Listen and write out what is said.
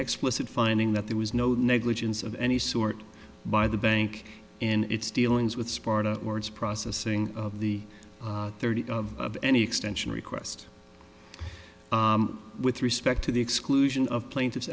explicit finding that there was no negligence of any sort by the bank in its dealings with sparta words processing of the thirty of any extension request with respect to the exclusion of plaintiff